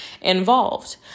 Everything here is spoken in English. involved